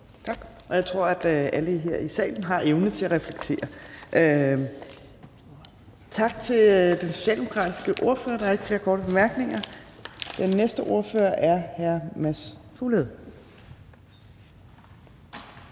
Tak. Jeg tror, at alle her i salen har evne til at reflektere. Tak til den socialdemokratiske ordfører. Der er ikke flere korte bemærkninger. Den næste ordfører er hr. Mads Fuglede